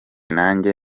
najye